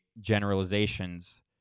generalizations